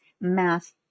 Math